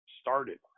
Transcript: started